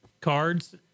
cards